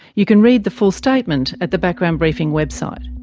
you can read the full statement at the background briefing website.